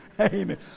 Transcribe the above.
Amen